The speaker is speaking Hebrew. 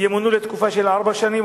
ימונו לתקופה של ארבע שנים,